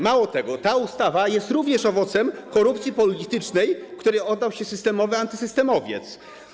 Mało tego, ta ustawa jest również owocem korupcji politycznej, której oddał się systemowy antysystemowiec.